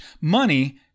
money